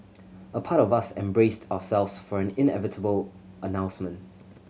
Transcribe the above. a part of us and braced ourselves for an inevitable announcement